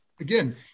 again